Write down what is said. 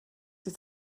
die